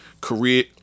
career